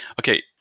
okay